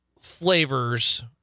flavors